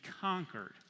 conquered